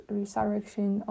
resurrection